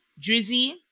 Drizzy